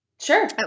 Sure